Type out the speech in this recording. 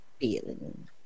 feeling